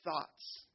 thoughts